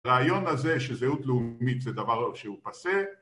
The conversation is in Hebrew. רעיון הזה שזהות לאומית זה דבר שהוא פסה